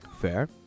Fair